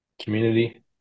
community